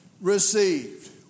received